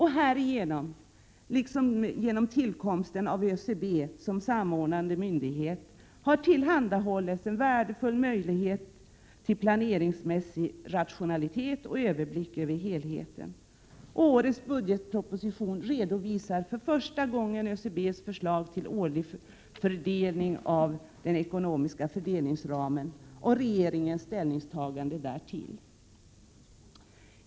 Härigenom, liksom genom tillkomsten av ÖCB som samordnande myndighet, har tillhandahållits en värdefull möjlighet till planeringsmässig rationalitet och överblick över helheten. Årets budgetproposition redovisar för första gången ÖCB:s förslag till årlig fördelning av den ekonomiska fördelningsramen och regeringens ställningstagande härvidlag.